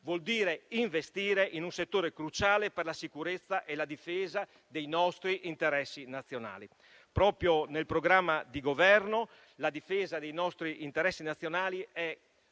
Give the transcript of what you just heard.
vuol dire investire in un settore cruciale per la sicurezza e la difesa dei nostri interessi nazionali. Proprio nel programma di Governo, la difesa dei nostri interessi nazionali è